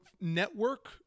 network-